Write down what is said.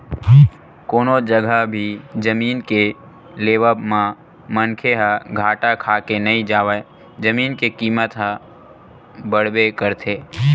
कोनो जघा भी जमीन के लेवब म मनखे ह घाटा खाके नइ जावय जमीन के कीमत ह बड़बे करथे